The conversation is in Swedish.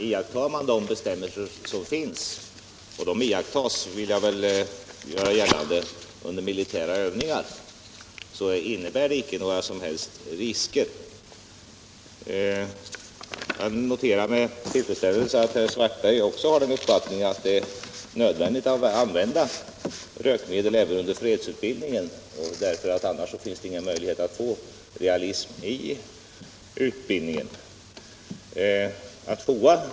Iakttas de bestämmelser som finns — och de iakttas under militära övningar — finns det inte några som helst risker. Jag noterar med tillfredsställelse att herr Svartberg också har den uppfattningen att det är nödvändigt att använda rökmedel även under fredsutbildningen, eftersom det annars inte är möjligt att få tillräcklig realism i utbildningen.